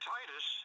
Titus